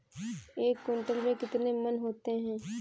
एक क्विंटल में कितने मन होते हैं?